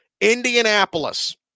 Indianapolis